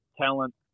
talent